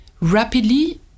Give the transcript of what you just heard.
rapidly